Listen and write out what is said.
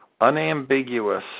unambiguous